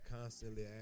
constantly